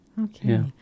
Okay